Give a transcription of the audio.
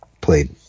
played